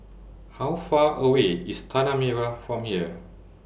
How Far away IS Tanah Merah from here